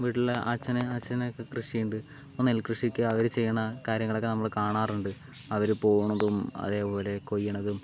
വീട്ടിൽ അച്ഛൻ അച്ഛനൊക്കെ കൃഷിയുണ്ട് ഇപ്പം നെൽ കൃഷിയൊക്കെ അവർ ചെയ്യണ കാര്യങ്ങളൊക്കെ നമ്മൾ കാണാറുണ്ട് അവർ പോണതും അതേപോലെ കൊയ്യണതും